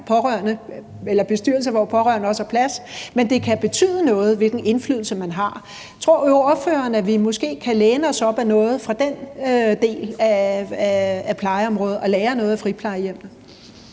at der er bestyrelser, hvor pårørende også har plads, men det kan betyde noget, hvilken indflydelse man har. Tror ordføreren, at vi måske kan læne os op ad den del af plejeområdet og lære noget af friplejehjemmene?